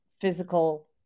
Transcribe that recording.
physical